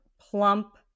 Plump